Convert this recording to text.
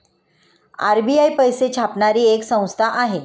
RBI पैसे छापणारी एक संस्था आहे